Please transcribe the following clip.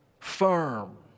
firm